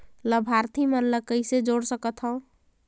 लाभार्थी मन ल कइसे जोड़ सकथव?